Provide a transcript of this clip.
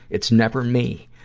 it's never me.